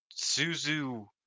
Suzu